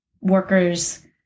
workers